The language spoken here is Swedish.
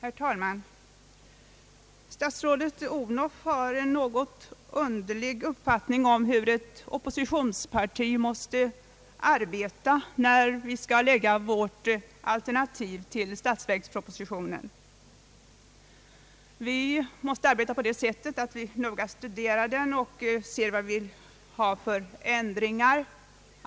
Herr talman! Statsrådet Odhnoff har en något egendomlig uppfattning om hur vi i ett oppositionsparti måste arbeta när vi skall lägga fram vårt alternativ till statsverkspropositionen. Vi måste arbeta på det sättet att vi noggrant studerar den och ser vilka andra förslag vi har.